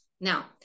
Now